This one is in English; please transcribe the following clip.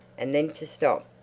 and then to stop.